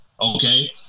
okay